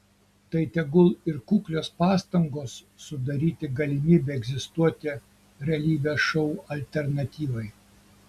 tai tegul ir kuklios pastangos sudaryti galimybę egzistuoti realybės šou alternatyvai